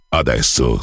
adesso